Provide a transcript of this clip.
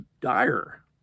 dire